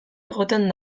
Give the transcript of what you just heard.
egoten